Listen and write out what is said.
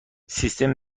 سیستم